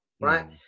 right